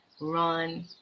run